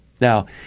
Now